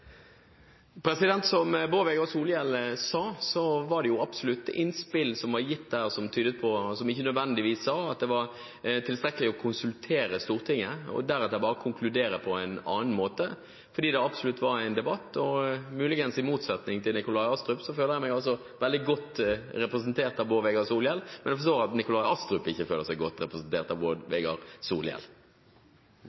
Som Bård Vegar Solhjell sa, var det absolutt innspill som var gitt, der man ikke nødvendigvis sa at det var tilstrekkelig å konsultere Stortinget og deretter bare konkludere på en annen måte, fordi det absolutt var en debatt. Og muligens i motsetning til Nikolai Astrup føler jeg meg veldig godt representert av Bård Vegar Solhjell, men jeg forstår at Nikolai Astrup ikke føler seg godt representert av Bård